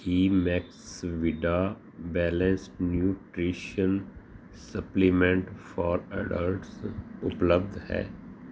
Ki Maxvida balanced nutrition supplement for adults ਉਪਲਬਧ ਹੈ